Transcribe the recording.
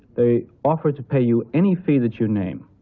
they offer to pay you any fee that you name.